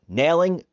nailing